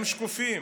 הם שקופים.